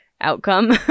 outcome